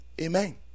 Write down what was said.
Amen